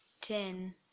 Ten